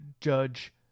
judge